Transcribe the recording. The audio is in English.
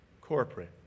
corporate